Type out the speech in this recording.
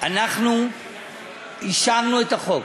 אנחנו אישרנו את החוק